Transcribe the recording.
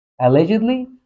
Allegedly